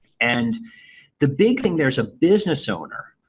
and the big thing there as a business owner,